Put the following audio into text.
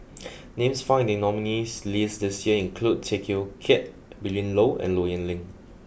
names found in nominees' list this year include Tay Teow Kiat Willin Low and Low Yen Ling